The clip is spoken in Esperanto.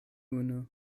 unu